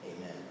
Amen